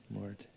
Lord